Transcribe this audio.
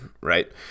right